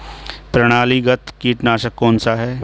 प्रणालीगत कीटनाशक कौन सा है?